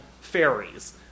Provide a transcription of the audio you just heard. fairies